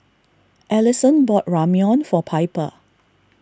Alyson bought Ramyeon for Piper